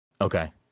Okay